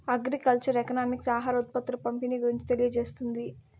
agriculture economics ఆహార ఉత్పత్తుల పంపిణీ గురించి తెలియజేస్తుంది